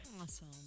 Awesome